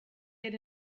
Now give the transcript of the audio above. get